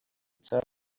itself